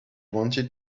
wanted